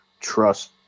trust